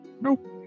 Nope